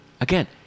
Again